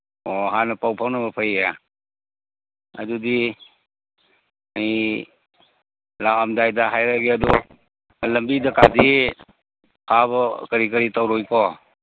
ꯑꯣ ꯍꯥꯟꯅ ꯄꯥꯎ ꯐꯥꯎꯅꯕ ꯐꯩꯌꯦ ꯑꯗꯨꯗꯤ ꯑꯩ ꯂꯥꯛꯑꯝꯗꯥꯏꯗ ꯍꯥꯏꯔꯛꯑꯒꯦ ꯑꯗꯨ ꯂꯝꯕꯤꯗꯀꯗꯤ ꯐꯥꯕ ꯀꯔꯤ ꯀꯔꯤ ꯇꯧꯔꯣꯏꯀꯣ